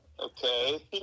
okay